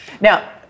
Now